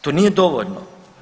To nije dovoljno.